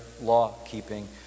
law-keeping